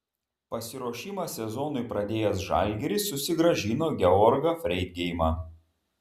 pasiruošimą sezonui pradėjęs žalgiris susigrąžino georgą freidgeimą